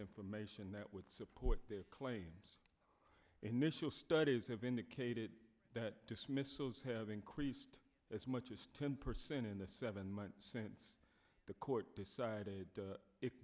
information that would support their claims initial studies have indicated that dismissals have increased as much as ten percent in the seven months since the court decided